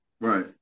Right